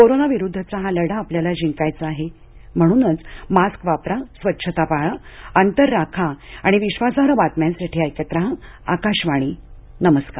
corona विरुद्धचा हा लढा आपल्याला जिंकायचा आहे म्हणूनच मास्क वापरा स्वच्छता पाळा अंतर राखा आणि विश्वासार्ह बातम्यांसाठी ऐकत रहा आकाशवाणी नमस्कार